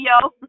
yo